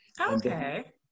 Okay